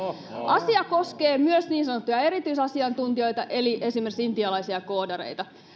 asia koskee myös niin sanottuja erityisasiantuntijoita eli esimerkiksi intialaisia koodareita